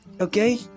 Okay